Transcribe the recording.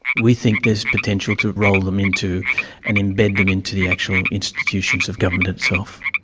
we think there is potential to roll them into and embed them into the actual institutions of government itself.